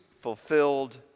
fulfilled